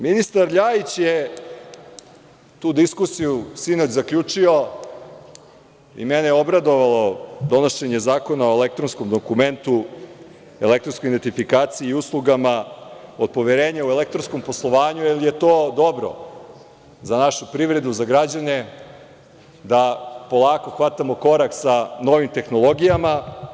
Ministar LJajić je tu diskusiju sinoć zaključio, i mene je obradovalo donošenje zakona o elektronskom dokumentu, elektronskoj identifikaciji i uslugama od poverenja u elektronskom poslovanju, jer je to dobro za našu privredu, za građane, da polako hvatamo korak sa novim tehnologijama.